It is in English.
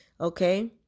Okay